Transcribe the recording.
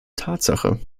tatsache